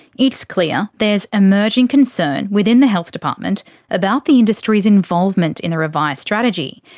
it's clear there's emerging concern within the health department about the industry's involvement in the revised strategy.